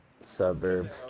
Suburb